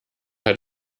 hat